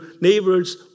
neighbor's